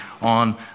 on